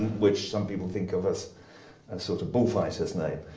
which some people think of as a sort of bullfighter's name.